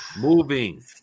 moving